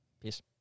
Peace